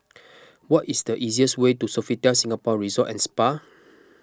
what is the easiest way to Sofitel Singapore Resort at Spa